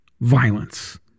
violence